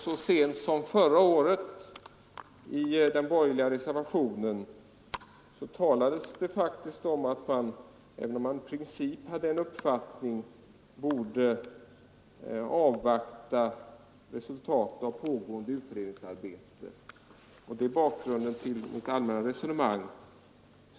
Så sent som förra året talades det i den borgerliga reservationen faktiskt om att man, även om man i princip hade sin uppfattning klar, borde avvakta resultatet av pågående utredningsarbete. Det är bakgrunden till mitt allmänna resonemang.